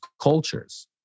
cultures